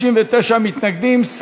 59 מתנגדים.